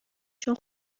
چون